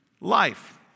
Life